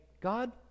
God